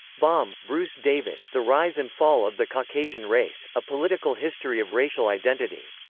baum, bruce david, the rise and fall of the caucasian race a political history of racial identity.